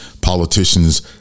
politicians